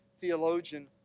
theologian